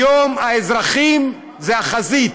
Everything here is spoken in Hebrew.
היום האזרחים הם החזית,